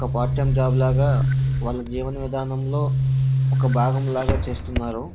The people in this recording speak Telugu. ఒక పార్ట్ టైం జాబ్లాగా వాళ్ళ జీవన విధానంలో ఒక భాగంలాగా చేస్తున్నారు